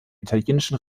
italienischen